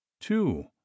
two